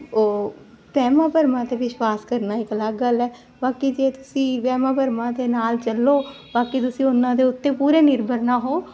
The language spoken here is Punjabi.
ਤੇ ਉਹ ਵਹਿਮਾਂ ਭਰਮਾ ਤੇ ਵਿਸ਼ਵਾਸ ਕਰਨਾ ਇੱਕ ਅਲੱਗ ਗੱਲ ਹੈ ਬਾਕੀ ਜੇ ਤੁਸੀਂ ਵਹਿਮਾਂ ਭਰਮਾ ਦੇ ਨਾਲ ਚੱਲੋ ਬਾਕੀ ਤੁਸੀਂ ਉਹਨਾਂ ਦੇ ਉੱਤੇ ਪੂਰੇ ਨਿਰਭਰ ਨਾ ਹੋ